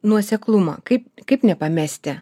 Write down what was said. nuoseklumą kaip kaip nepamesti